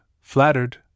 flattered